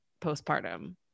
postpartum